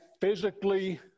physically